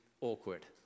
awkward